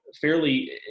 fairly